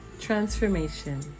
transformation